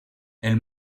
elles